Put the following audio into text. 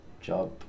job